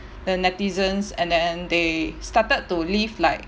the netizens and then they started to leave like